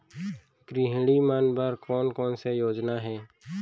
गृहिणी मन बर कोन कोन से योजना हे?